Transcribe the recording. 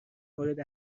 مورد